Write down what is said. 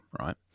right